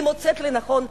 היא מוצאת לנכון,